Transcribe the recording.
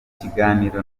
kiganiro